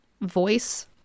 voice